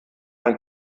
ein